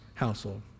household